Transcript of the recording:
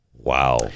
Wow